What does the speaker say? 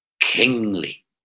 kingly